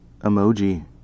emoji